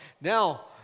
Now